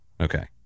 okay